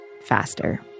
Faster